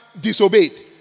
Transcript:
disobeyed